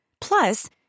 Plus